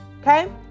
okay